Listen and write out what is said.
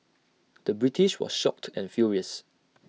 the British was shocked and furious